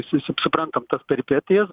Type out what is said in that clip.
susit suprantam tas peripetijas